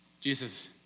Jesus